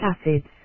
acids